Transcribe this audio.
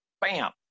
Bam